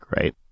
right